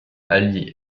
ali